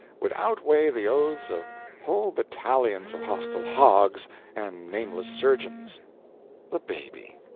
would outweigh the oaths of whole battalions of hostile hoggs and nameless surgeons the baby.